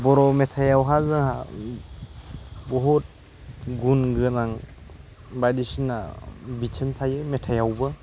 बर'मेथाइआवहा जोंहा बहुद गुन गोनां बायदिसिना बिथिं थायो मेथाइआवबो